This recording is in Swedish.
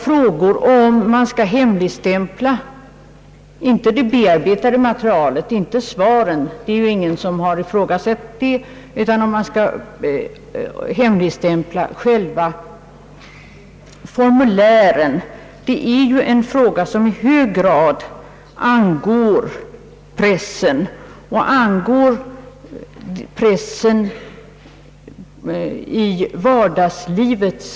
Frågan om man skall hemligstämpla — inte det bearbetade materialet eller svaren, vilket inte heller någon har ifrågasatt — utan själva formulären är något som i hög grad angår pressen i dess vardagsarbete.